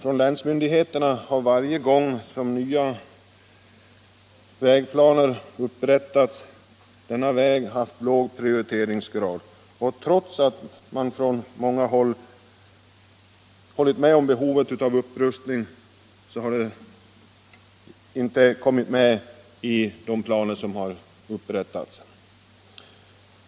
Hos länsmyndigheterna har Västerdalsvägen varje gång som nya vägplaner upprättats haft låg prioriteringsgrad. Trots att från många håll behovet av upprustning ansetts stort, har den inte tagits med i planerna.